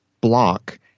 block